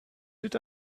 did